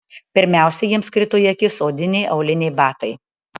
pirmiausia jiems krito į akis odiniai auliniai batai